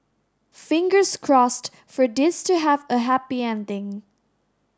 fingers crossed for this to have a happy ending